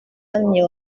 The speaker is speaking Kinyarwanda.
uhamye